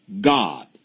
God